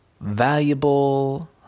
valuable